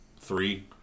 three